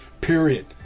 period